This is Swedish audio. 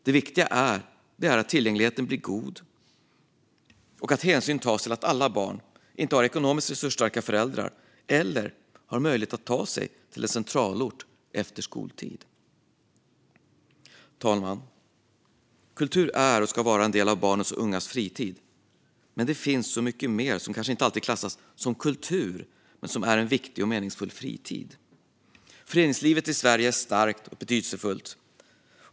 Det viktiga är att tillgängligheten blir god och att hänsyn tas till att alla barn inte har ekonomiskt resursstarka föräldrar eller möjlighet att ta sig till en centralort efter skoltid. Fru talman! Kultur är och ska vara en del av barns och ungas fritid. Det finns dock så mycket mer som kanske inte alltid klassas som kultur men som ger en viktig och meningsfull fritid. Föreningslivet i Sverige är starkt och betydelsefullt.